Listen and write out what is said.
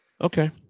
Okay